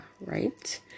right